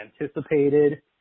anticipated